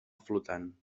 flotant